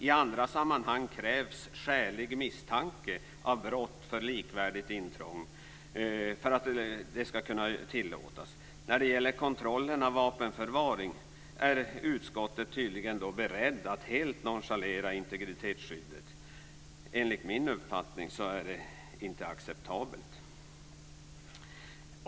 I andra sammanhang krävs skälig misstanke om brott för att likvärdigt intrång ska kunna tillåtas. När det gäller kontrollen av vapenförvaring är utskottet tydligen berett att helt nonchalera integritetsskyddet. Enligt min uppfattning är detta inte acceptabelt.